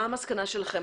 מה המסקנה שלכם?